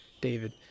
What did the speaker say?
David